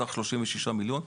בסך 36 מיליון ש"ח.